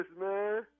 man